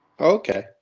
Okay